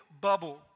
bubble